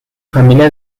familia